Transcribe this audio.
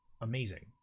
amazing